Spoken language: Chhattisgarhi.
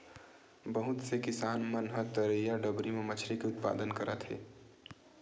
बहुत से किसान मन ह तरईया, डबरी म मछरी के उत्पादन करत हे